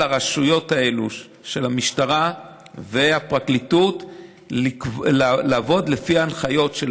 הרשויות האלה של המשטרה והפרקליטות לעבוד לפי ההנחיות: של